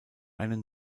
einen